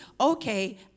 okay